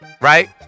Right